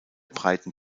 breiten